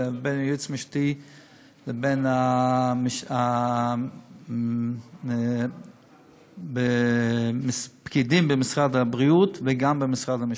בין הייעוץ המשפטי לבין הפקידים במשרד הבריאות וגם במשרד המשפטים,